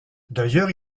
d’ailleurs